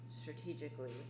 strategically